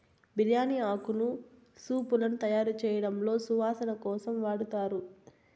బిర్యాని ఆకును సూపులను తయారుచేయడంలో సువాసన కోసం వాడతారు